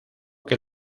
que